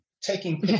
taking